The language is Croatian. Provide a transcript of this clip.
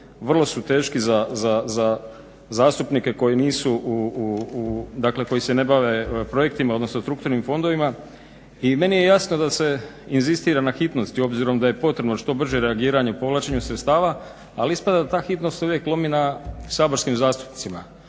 vrlo su teški za zastupnike koji se ne bave strukturnim fondovima odnosno projektima i meni je jasno da se inzistira na hitnosti obzirom da je potrebno što brže reagiranje o povlačenju sredstava ali ispada da se ta hitnost se uvijek lomi na saborskim zastupnicima.